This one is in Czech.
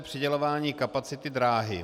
Přidělování kapacity dráhy.